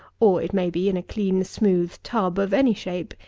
or it may be in a clean smooth tub of any shape,